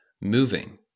moving